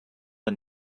and